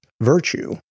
virtue